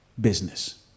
business